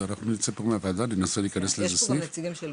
אנחנו נצא מהוועדה ננסה להיכנס לאיזה סניף,